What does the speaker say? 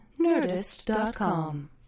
Nerdist.com